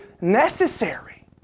necessary